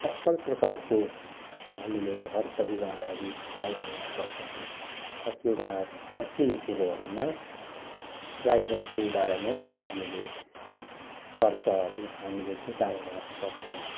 असल प्रकारको हामीले घरपरिवारहरू चलाउन सक्छौँ कतिवटा खर्चिने कुरोहरूमा गाईबस्तुबाट नै हामीले खर्चहरू हामीले जुटाउन सक्छौँ